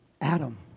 Adam